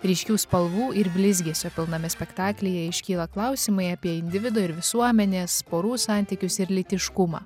ryškių spalvų ir blizgesio pilname spektaklyje iškyla klausimai apie individo ir visuomenės porų santykius ir lytiškumą